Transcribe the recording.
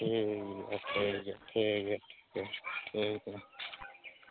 ᱴᱷᱤᱠ ᱜᱮᱭᱟ ᱴᱷᱤᱠ ᱜᱮᱭᱟ ᱴᱷᱤᱠ ᱜᱮᱭᱟ ᱴᱷᱤᱠ ᱜᱮᱭᱟ ᱴᱷᱤᱠ ᱜᱮᱭᱟ